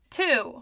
two